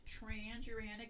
transuranic